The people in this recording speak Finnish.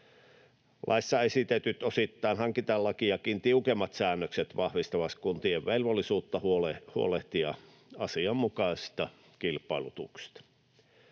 Laissa esitetyt osittain hankintalakiakin tiukemmat säännökset vahvistavat kuntien velvollisuutta huolehtia asianmukaisista kilpailutuksista.